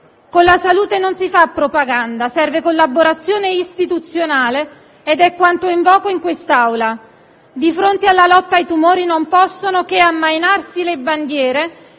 Con la salute non si fa propaganda. Serve collaborazione istituzionale, ed è quanto invoco in quest'Aula. Di fronte alla lotta ai tumori non possono che ammainarsi le bandiere,